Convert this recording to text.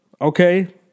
Okay